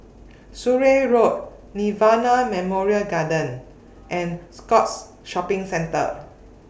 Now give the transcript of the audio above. Surrey Road Nirvana Memorial Garden and Scotts Shopping Centre